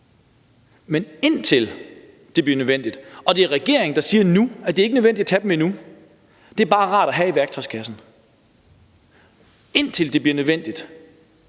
men indtil det bliver nødvendigt – hvor regeringen nu siger, at det ikke er nødvendigt at tage dem endnu, det er bare rart at have i værktøjskassen – så skal magten